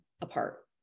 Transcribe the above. apart